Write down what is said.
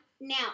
Now